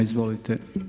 Izvolite.